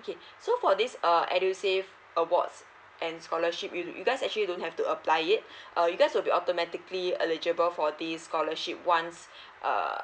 okay so for this uh edusave awards and scholarship you you guys actually don't have to apply it uh you guys will be automatically eligible for the scholarship once err